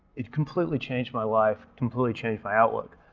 it completely changed my life, completely changed my outlook,